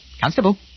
Constable